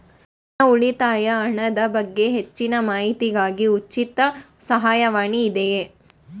ನನ್ನ ಉಳಿತಾಯ ಹಣದ ಬಗ್ಗೆ ಹೆಚ್ಚಿನ ಮಾಹಿತಿಗಾಗಿ ಉಚಿತ ಸಹಾಯವಾಣಿ ಇದೆಯೇ?